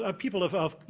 ah people of ah